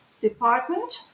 department